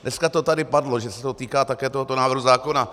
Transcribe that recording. Dneska to tady padlo, že se to týká také tohoto návrhu zákona.